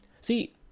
See